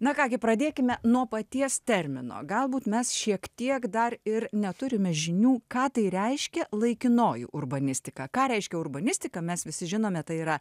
na ką gi pradėkime nuo paties termino galbūt mes šiek tiek dar ir neturime žinių ką tai reiškia laikinoji urbanistiką ką reiškia urbanistika mes visi žinome tai yra